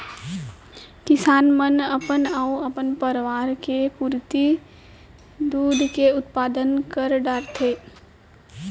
किसान मन अपन अउ अपन परवार के पुरती दूद के उत्पादन कर डारथें